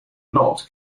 knot